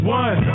one